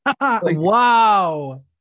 Wow